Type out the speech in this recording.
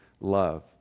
love